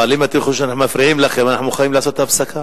אבל אם אנחנו מפריעים לכם אנחנו יכולים לעשות הפסקה.